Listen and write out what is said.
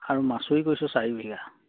আৰু মাছই কৰিছোঁ চাৰি বিঘা